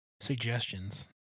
suggestions